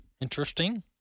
interesting